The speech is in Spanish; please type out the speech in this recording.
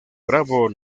bravo